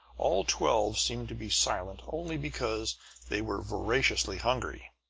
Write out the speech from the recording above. all twelve seemed to be silent only because they were voraciously hungry.